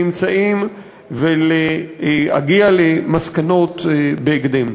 ולהגיע למסקנות בהקדם.